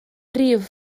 rif